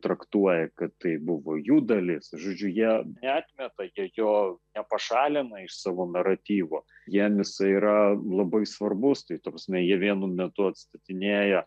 traktuoja kad tai buvo jų dalis žodžiu jie neatmeta jo nepašalina iš savo naratyvo jiem jisai yra labai svarbus tai ta prasme ji vienu metu atstatinėja